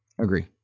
Agree